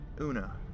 Una